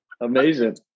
Amazing